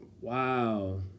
Wow